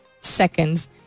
seconds